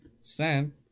Sam